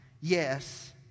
yes